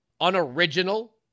unoriginal